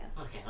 Okay